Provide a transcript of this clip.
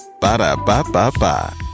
Ba-da-ba-ba-ba